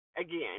again